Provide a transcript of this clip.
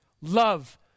Love